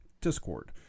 Discord